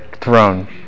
throne